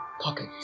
pocket